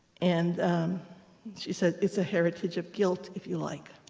and she said, it's a heritage of guilt, if you like.